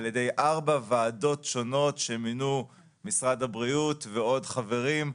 על ידי ארבע ועדות שונות שמינו משרד הבריאות ועוד חברים,